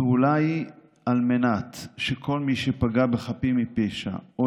הפעולה היא על מנת שכל מי שפגע בחפים מפשע או